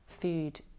food